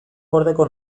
gordeko